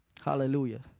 hallelujah